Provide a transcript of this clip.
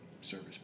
service